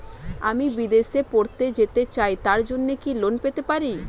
আমি বিদেশে পড়তে যেতে চাই তার জন্য কি কোন ঋণ পেতে পারি?